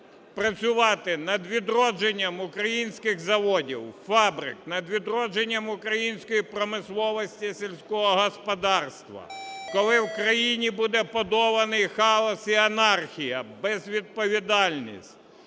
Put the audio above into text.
працювати над відродженням українських заводів, фабрик, над відродженням української промисловості, сільського господарства, коли в Україні буде подоланий хаос і анархія, безвідповідальність.